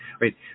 Right